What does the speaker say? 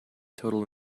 total